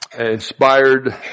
inspired